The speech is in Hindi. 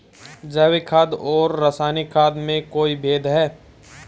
जैविक खाद और रासायनिक खाद में कोई भेद है?